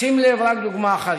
שים לב רק לדוגמה אחת.